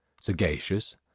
sagacious